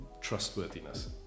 trustworthiness